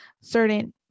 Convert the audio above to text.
certain